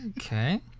Okay